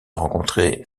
rencontrer